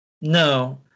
No